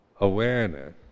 awareness